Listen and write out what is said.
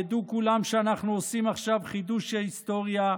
ידעו כולם שאנחנו עושים עכשיו חידוש היסטוריה,